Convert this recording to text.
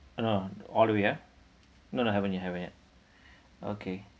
oh no all the way ya no no haven't yet haven't yet okay